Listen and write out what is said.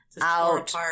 out